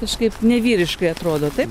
kažkaip nevyriškai atrodo taip